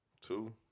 Two